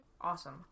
Awesome